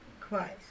Christ